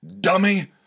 Dummy